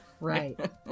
Right